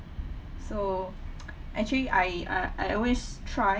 so actually I uh I always try